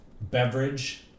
beverage